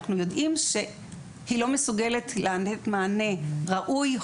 אנחנו יודעים שהיא לא מסוגלת לתת מענה ראוי,